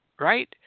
right